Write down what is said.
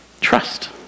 trust